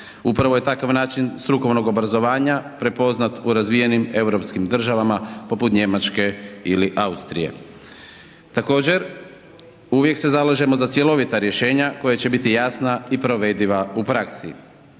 Upravo je takav način strukovnog obrazovanja prepoznat u razvijenim europskim državama, poput Njemačke ili Austrije. Također, uvijek se zalažemo za cjelovita rješenja koja će biti jasna i provediva u praksi